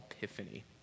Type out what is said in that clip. Epiphany